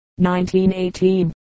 1918